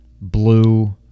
blue